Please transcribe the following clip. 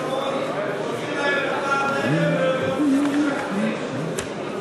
אתה אומר שחבר הכנסת ליצמן גורם לפילוג באופוזיציה עם ההצהרות האלה,